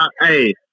Hey